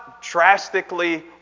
drastically